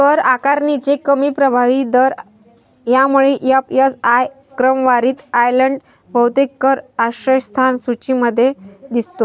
कर आकारणीचे कमी प्रभावी दर यामुळे एफ.एस.आय क्रमवारीत आयर्लंड बहुतेक कर आश्रयस्थान सूचीमध्ये दिसतो